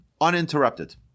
uninterrupted